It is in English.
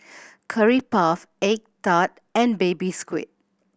Curry Puff egg tart and Baby Squid